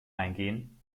eingehen